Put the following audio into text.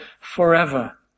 forever